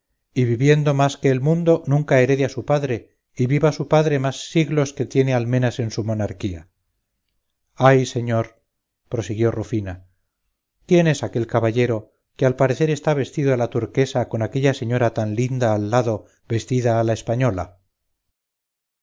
y viviendo más que el mundo nunca herede a su padre y viva su padre más siglos que tiene almenas en su monarquía ay señor prosiguió rufina quién es aquel caballero que al parecer está vestido a la turquesca con aquella señora tan linda al lado vestida a la española